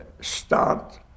start